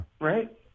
Right